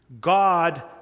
God